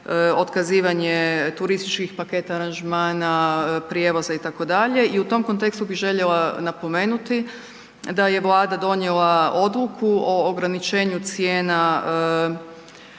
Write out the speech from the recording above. otkazivanje turističkih paketa, aranžmana, prijevoza, itd., i u tom kontekstu bih željela napomenuti da je Vlada donijela Odluku o ograničenju cijena